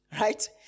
right